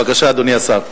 בבקשה, אדוני השר.